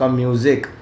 music